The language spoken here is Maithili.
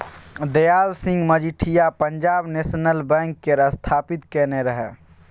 दयाल सिंह मजीठिया पंजाब नेशनल बैंक केर स्थापित केने रहय